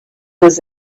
was